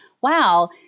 wow